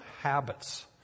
habits